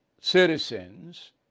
citizens